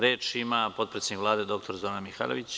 Reč ima potpredsednik Vlade, dr Zorana Mihajlović.